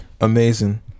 Amazing